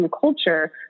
culture